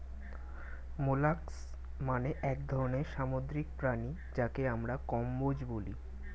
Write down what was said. molluscs মানে এক ধরনের সামুদ্রিক প্রাণী যাকে আমরা কম্বোজ বলি